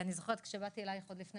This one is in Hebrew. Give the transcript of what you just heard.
אני זוכרת שכאשר באתי אליך, עוד לפני